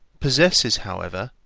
possesses, however,